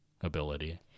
ability